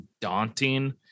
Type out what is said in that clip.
daunting